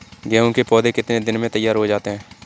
गेहूँ के पौधे कितने दिन में तैयार हो जाते हैं?